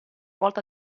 volta